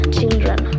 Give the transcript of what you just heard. children